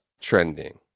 trending